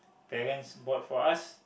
parents bought for us